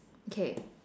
okay